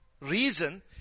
reason